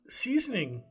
seasoning